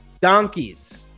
Donkeys